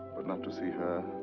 but not to see her.